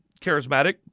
charismatic